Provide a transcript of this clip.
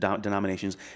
denominations